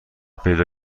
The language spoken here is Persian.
پیدا